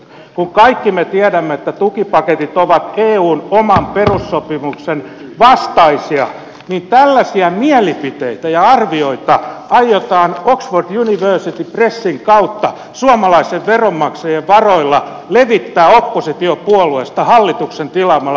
kun kaikki me tiedämme että tukipaketit ovat eun oman perussopimuksen vastaisia niin tällaisia mielipiteitä ja arvioita aiotaan oxford university pressin kautta suomalaisten veronmaksajien varoilla levittää oppositiopuolueesta hallituksen tilaamalla tutkimuksella